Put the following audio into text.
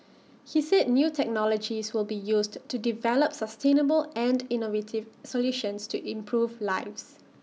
he said new technologies will be used to develop sustainable and innovative solutions to improve lives